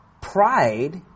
pride